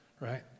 right